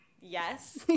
yes